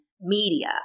media